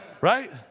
Right